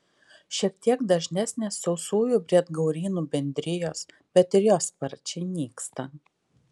šiek tiek dažnesnės sausųjų briedgaurynų bendrijos bet ir jos sparčiai nyksta